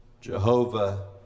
Jehovah